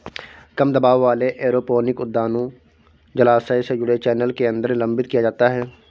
कम दबाव वाले एरोपोनिक उद्यानों जलाशय से जुड़े चैनल के अंदर निलंबित किया जाता है